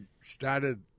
started